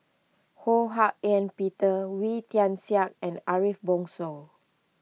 Ho Hak Ean Peter Wee Tian Siak and Ariff Bongso